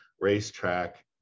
racetrack